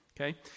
okay